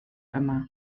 yma